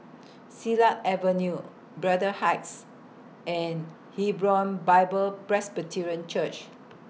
Silat Avenue Braddell Heights and Hebron Bible Presbyterian Church